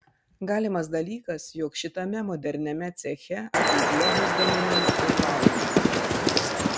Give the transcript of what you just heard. galimas dalykas jog šitame moderniame ceche ateityje bus gaminami ir baldai